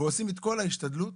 ועושים את כל ההשתדלות